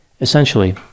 Essentially